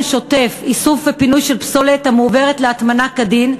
שוטף איסוף ופינוי של פסולת המועברת להטמנה כדין,